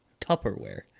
Tupperware